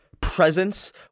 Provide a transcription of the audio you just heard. presence